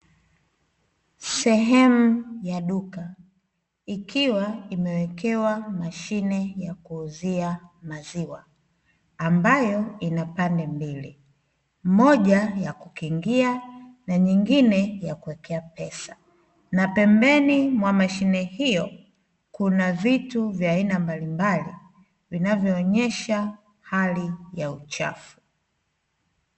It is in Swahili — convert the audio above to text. Sehemu ya duka ikiwa imewekewa mashine ya kuuzia maziwa. Ambayo ina pande mbili, moja ya kukingia na nyingine ya kuwekea pesa, na pembeni mwa mashine hio kuna vitu vya aina mbalimbali vinavyoonyesha hali ya uchafu.